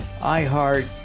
iHeart